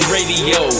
Radio